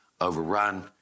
overrun